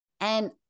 And-